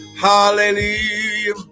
Hallelujah